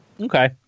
Okay